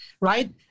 right